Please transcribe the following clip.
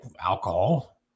alcohol